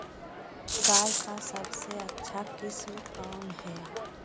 गाय का सबसे अच्छा किस्म कौन हैं?